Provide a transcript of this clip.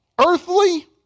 earthly